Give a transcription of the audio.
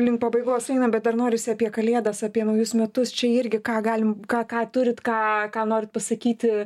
link pabaigos einam bet dar norisi apie kalėdas apie naujus metus čia irgi ką galim ką ką turit ką ką norit pasakyti